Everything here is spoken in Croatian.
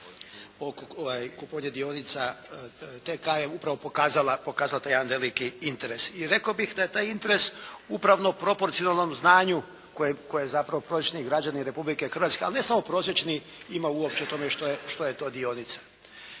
kupovine dionica TK je upravo pokazala taj jedan veliki interes, i rekao bih da je taj interes upravo proporcionalnom znanju koje zapravo prosječni građanin Republike Hrvatske, ali ne samo prosječni ima uopće o tome što je to dionica.